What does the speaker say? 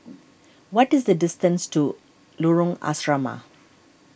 what is the distance to Lorong Asrama